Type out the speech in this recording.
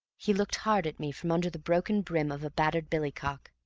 he looked hard at me from under the broken brim of a battered billycock.